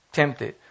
tempted